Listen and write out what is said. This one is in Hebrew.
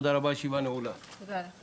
נכון,